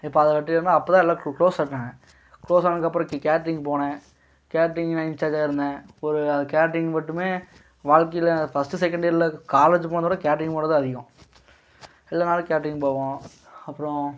இப்போ அதை வெட்டினோம்னா அப்போ தான் எல்லாம் க்ளோ க்ளோஸ் ஆனாங்க க்ளோஸ் ஆனதுக்கப்பறோம் கேட் கேட்ரிங் போனேன் கேட்ரிங்ல இன்சார்ஜா இருந்தேன் ஒரு அது கேட்ரிங் மட்டுமே வாழ்க்கையில் ஃபஸ்ட்டு செகண்ட் இயரில் காலேஜ் போனதோடு கேட்ரிங் போன தான் அதிகம் இல்லைனாலும் கேட்ரிங் போவோம் அப்புறோம்